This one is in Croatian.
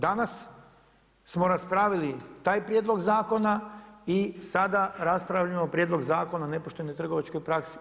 Danas smo raspravili taj prijedlog zakona i sada raspravljamo Prijedlog zakona o nepoštenoj trgovačkoj praksi.